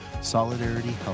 Solidarity